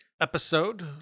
episode